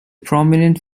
prominent